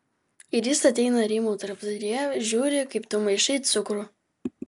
ir jis ateina rymo tarpduryje žiūri kaip tu maišai cukrų